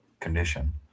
condition